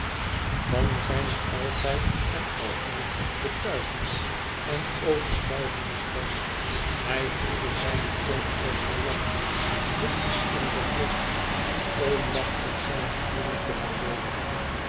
van zijne altijd en altijd betuigende en overtuigende stem hij voelde zijne tong als verlamd dik in zijn mond onmachtig zijn gevoelen te verdedigen